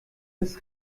ist